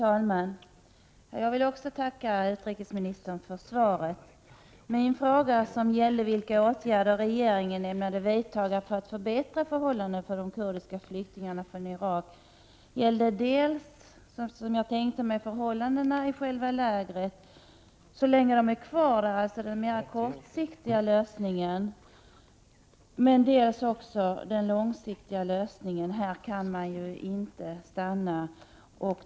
Herr talman! Även jag vill tacka utrikesministern för svaret. Min fråga om vilka åtgärder regeringen ämnade vidta för att förbättra förhållandena för de kurdiska flyktingarna från Irak gällde dels förhållandena i själva lägren medan de är kvar, alltså en mera kortsiktig lösning, dels den långsiktiga lösningen. I lägren kan man ju inte stanna.